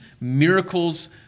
miracles